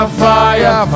fire